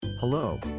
Hello